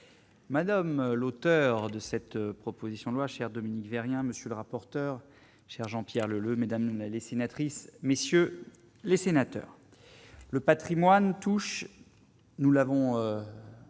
madame l'auteur de cette proposition de loi chère Dominique, rien, monsieur le rapporteur, chers Jean-Pierre Leleux Mesdames les sénatrices, messieurs les sénateurs, le Patrimoine touche, nous l'avons